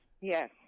Yes